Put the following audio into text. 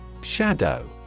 Shadow